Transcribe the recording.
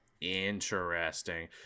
Interesting